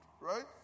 right